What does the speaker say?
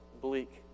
bleak